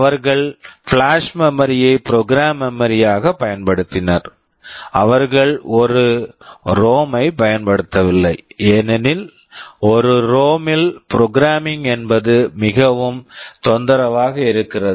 அவர்கள் flash memory flash memory யை program memory program memory யாகப் பயன்படுத்தினர் அவர்கள் ஒரு ரோம் ROM ஐ பயன்படுத்தவில்லை ஏனெனில் ஒரு ரோம் ROM -ல் ப்ரோக்ராம்மிங் programming என்பது மிகவும் தொந்தரவாக இருக்கிறது